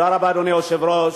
אדוני היושב-ראש,